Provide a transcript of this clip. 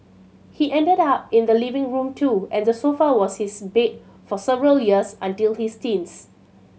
he ended up in the living room too and the sofa was his bed for several years until his teens